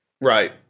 Right